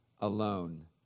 alone